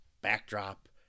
backdrop